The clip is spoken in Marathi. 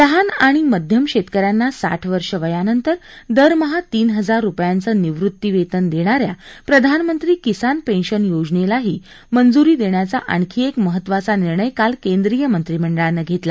लहान आणि मध्यम शक्कि यांना साठ वर्ष वयानंतर दरमहा तीन हजार रुपयांचं निवृत्तीवर्ति दर्शनिया प्रधानमंत्री किसान पश्चिन योजनक्ती मंजुरी दध्याचा आणखी एक महत्त्वाचा निर्णय काल केंद्रीय मंत्रिमंडळानं घरिमा